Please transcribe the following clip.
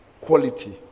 quality